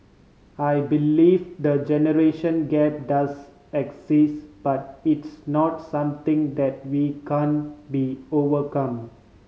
I believe the generation gap does exists but it's not something that we can be overcome